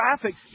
traffic